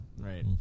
Right